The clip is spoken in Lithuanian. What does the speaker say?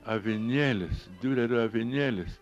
avinėlis diurerio avinėlis